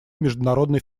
международной